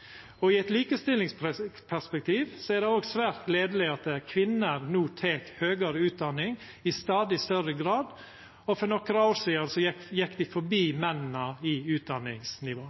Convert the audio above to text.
betre. I eit likestillingsperspektiv er det òg svært gledeleg at kvinner no tek høgare utdanning i stadig større grad, og for nokre år sidan gjekk dei forbi mennene i utdanningsnivå.